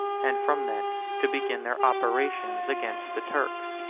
and from thence to begin their operations against the turks.